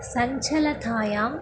सञ्चलतायाम्